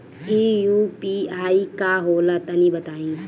इ यू.पी.आई का होला तनि बताईं?